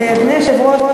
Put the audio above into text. אדוני היושב-ראש,